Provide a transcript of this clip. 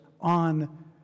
on